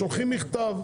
שולחים מכתב.